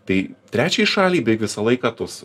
tai trečiai šaliai beveik visą laiką tuos